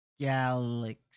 Galaxy